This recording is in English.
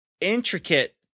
intricate